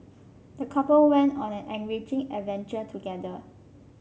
the couple went on an enriching adventure together